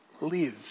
live